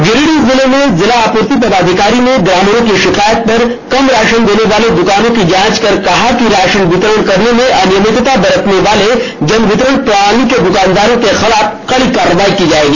गिरिडीह जिले में जिला आपूर्ति पदाधिकारी ने ग्रामीणों की षिकायत पर कम राषन देने वाले दुकानों की जांच कर कहा कि राषन वितरण करने में अनियमितता बरतने वाले जन वितरण प्रणाली के द्वकानदारों के खिलाफ कड़ी कार्रवाई की जाएगी